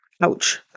ouch